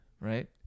right